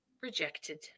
rejected